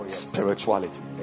spirituality